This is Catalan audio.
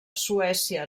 suècia